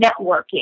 networking